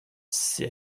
c’est